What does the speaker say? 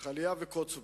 אך אליה וקוץ בה: